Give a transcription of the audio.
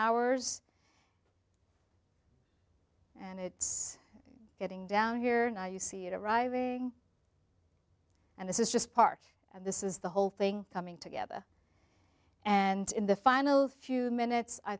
hours and it's getting down here now you see it arriving and this is just part and this is the whole thing coming together and in the final few minutes i